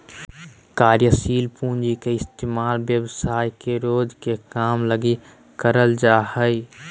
कार्यशील पूँजी के इस्तेमाल व्यवसाय के रोज के काम लगी करल जा हय